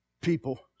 people